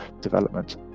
development